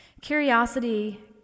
Curiosity